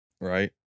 right